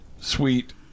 sweet